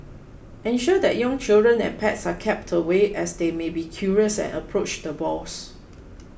ensure that young children and pets are kept away as they may be curious and approach the boars